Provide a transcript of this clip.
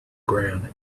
ground